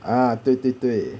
ah 对对对